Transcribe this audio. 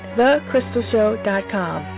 thecrystalshow.com